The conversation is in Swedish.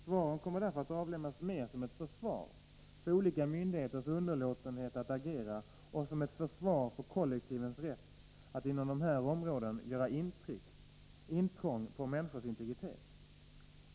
Svaren avlämnas mer som ett försvar för olika myndigheters underlåtenhet att agera och som ett försvar för kollektivens rätt att inom dessa områden göra intrång i människors integritet.